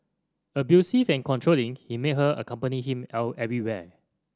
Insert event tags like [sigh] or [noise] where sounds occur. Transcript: abusive and controlling he made her accompany him [unintelligible] everywhere